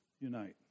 unite